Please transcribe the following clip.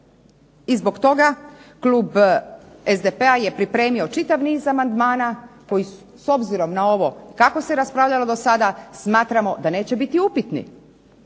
i zbog toga Klub SDP-a je pripremio čitav niz amandmana, koji s obzirom na ovo kako se raspravljalo do sada smatramo da neće biti upitni.